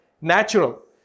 natural